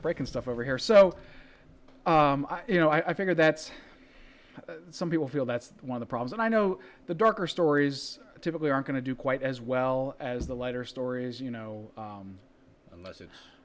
breaking stuff over here so you know i figure that some people feel that's one of the problems and i know the darker stories typically aren't going to do quite as well as the lighter stories you know unless it's